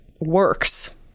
works